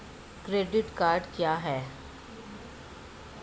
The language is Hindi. क्रेडिट कार्ड क्या है?